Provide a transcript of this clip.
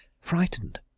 Frightened